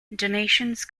donations